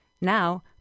Now